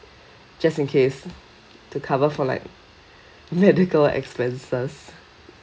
just in case to cover for like medical expenses